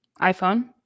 iphone